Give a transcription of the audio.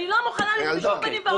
אני לא מוכנה לזה בשום פנים ואופן,